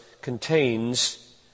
Contains